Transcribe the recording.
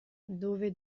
dove